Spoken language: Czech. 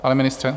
Pane ministře?